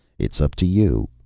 it's up to you,